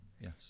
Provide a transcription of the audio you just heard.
yes